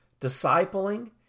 discipling